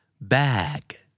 Bag